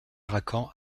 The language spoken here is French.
racan